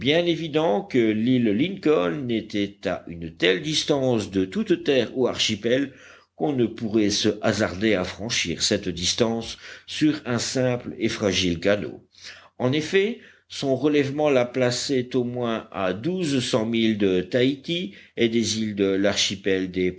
évident que l'île lincoln était à une telle distance de toute terre ou archipel qu'on ne pourrait se hasarder à franchir cette distance sur un simple et fragile canot en effet son relèvement la plaçait au moins à douze cents milles de taïti et des îles de l'archipel des